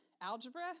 algebra